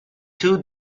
two